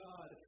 God